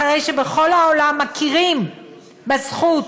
אחרי שבכל העולם מכירים בזכות